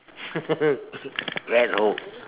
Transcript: fat hope